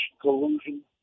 collusion